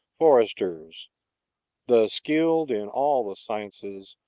foresters the skilled in all the sciences,